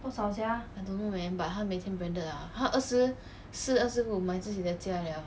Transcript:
I don't know man but 她每天买 branded 的 lah 她二十四二十五买自己的家了